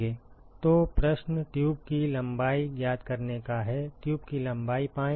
तो प्रश्न ट्यूब की लंबाई ज्ञात करने का है ट्यूब की लंबाई पाएं